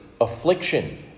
affliction